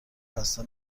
خسته